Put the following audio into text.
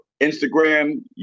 Instagram